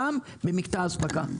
גם במקטע האספקה.